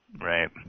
Right